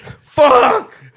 Fuck